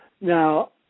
now